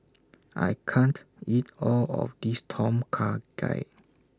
I can't eat All of This Tom Kha Gai